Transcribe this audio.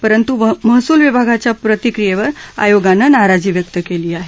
परंतु महसूल विभागाच्या प्रतिक्रियवर आयोगानं नाराजी व्यक्त केली आहे